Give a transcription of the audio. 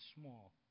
small